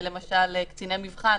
למשל קציני מבחן,